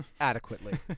adequately